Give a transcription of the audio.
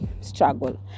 struggle